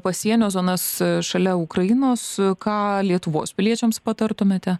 pasienio zonas šalia ukrainos ką lietuvos piliečiams patartumėte